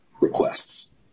requests